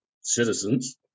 citizens